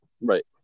Right